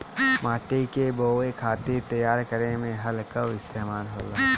माटी के बोवे खातिर तैयार करे में हल कअ इस्तेमाल होला